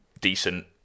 decent